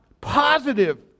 positive